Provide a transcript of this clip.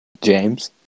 James